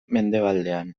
mendebaldean